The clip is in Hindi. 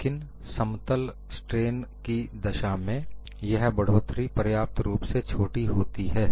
लेकिन समतल स्ट्रेन की दशा में यह बढ़ोतरी पर्याप्त रूप से छोटी होती है